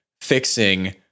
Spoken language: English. fixing